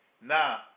Now